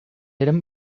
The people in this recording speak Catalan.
eren